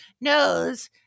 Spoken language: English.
knows